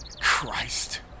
Christ